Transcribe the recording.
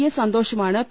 S സന്തോഷുമാണ് P